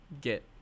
get